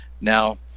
now